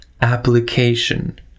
application